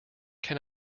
can